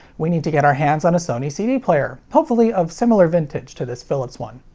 we need to get our hands on a sony cd player, hopefully of similar vintage to this philips one.